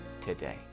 today